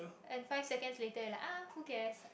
and five seconds later you are like ah who cares